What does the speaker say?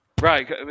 Right